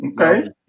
Okay